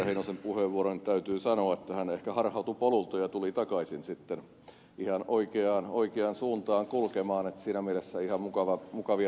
heinosen tämän puheenvuoron täytyy sanoa että hän ehkä harhautui polulta ja tuli takaisin sitten ihan oikeaan suuntaan kulkemaan siinä mielessä ihan mukavia täsmennyksiä